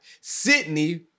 Sydney